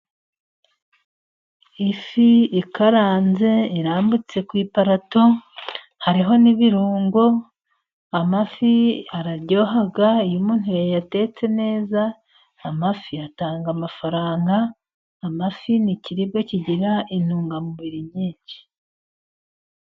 Ifi ikaranze irambitse ku iparato hariho n'ibirungo. Amafi araryoha iyo umuntu yayatetse neza. Amafi atanga amafaranga, amafi ni ikiribwa kigira intungamubiri nyinshi.